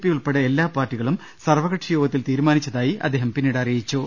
P ഉൾപ്പെടെ എല്ലാ പാർട്ടികളും സർവകക്ഷി യോഗത്തിൽ തീരുമാനി ച്ചതായി അദ്ദേഹം പിന്നീട് അറിയിച്ചു